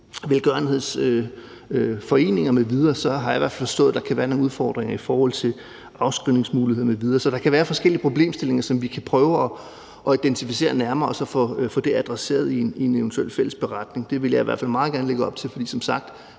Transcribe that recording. velgørenhedsforeninger m.v. Jeg har forstået, at der så kan være nogle udfordringer i forhold til afskrivningsmuligheder m.v. Så der kan være forskellige problemstillinger, som vi kan prøve at identificere nærmere og få adresseret, eventuelt i en fælles beretning. Det vil jeg i hvert fald meget gerne lægge op til. For som sagt